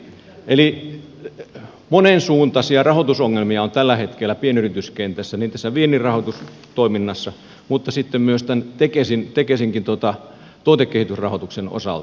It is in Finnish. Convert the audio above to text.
eli monensuuntaisia rahoitusongelmia on tällä hetkellä pienyrityskentässä niin tässä vienninrahoitustoiminnassa kuin sitten myös tämän tekesinkin tuotekehitysrahoituksen osalta